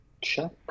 check